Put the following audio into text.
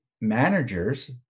managers